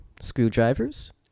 screwdrivers